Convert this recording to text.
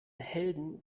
helden